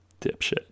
dipshit